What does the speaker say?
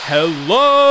Hello